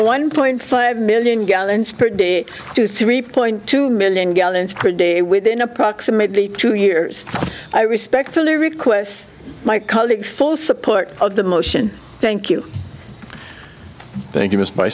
one point five million gallons per day to three point two million gallons per day within approximately two years i respectfully request my colleagues full support of the motion thank you thank you m